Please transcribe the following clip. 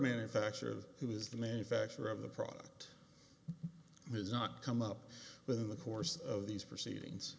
manufacturer of who is the manufacturer of the product has not come up with in the course of these proceedings